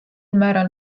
määral